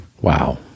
Wow